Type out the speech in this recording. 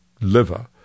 liver